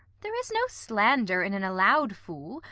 there is no slander in an allow'd fool,